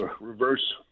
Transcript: Reverse